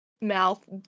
mouth